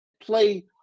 play